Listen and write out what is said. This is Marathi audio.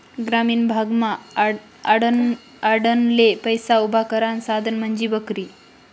ग्रामीण भागमा आडनडले पैसा उभा करानं साधन म्हंजी बकरी